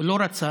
הוא לא רצה,